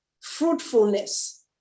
fruitfulness